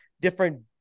different